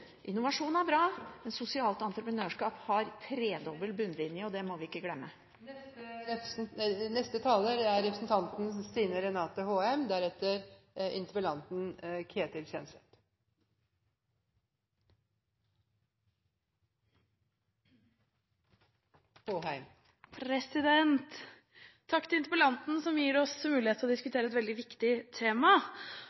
innovasjon. Innovasjon er bra, men sosialt entreprenørskap har tredobbel bunnlinje, og det må vi ikke glemme. Takk til interpellanten som gir oss mulighet til å diskutere et veldig viktig tema. Offentlig sektor er jo til for innbyggerne. Den skal gi oss